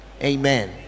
amen